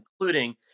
including